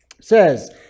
says